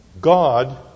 God